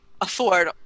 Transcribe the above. afford